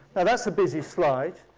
and that's a busy slide.